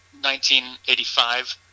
1985